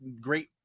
great